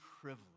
privilege